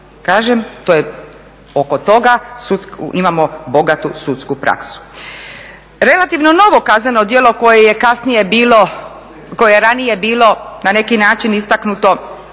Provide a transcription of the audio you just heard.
Kažem to je oko toga imamo bogatu sudsku praksu. Relativno novo kazneno djelo koje je ranije bilo na neki način istaknuto